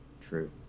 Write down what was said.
True